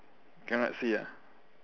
cannot see ah